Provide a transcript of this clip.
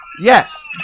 yes